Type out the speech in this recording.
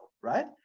right